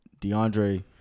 DeAndre